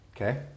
Okay